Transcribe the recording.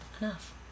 enough